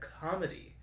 comedy